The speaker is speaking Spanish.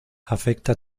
afecta